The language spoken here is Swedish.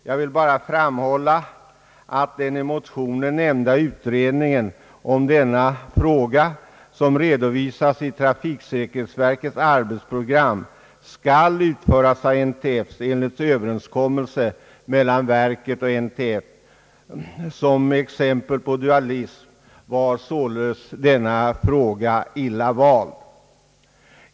Jag vill bara framhålla att den i motionen nämnda utredningen om denna fråga som redovisats i trafiksäkerhetsverkets arbetsprogram skall utföras av NTF enligt överenskommelse mellan verket och NTF. Som exempel på dualism var sålunda denna fråga illa vald.